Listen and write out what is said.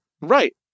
Right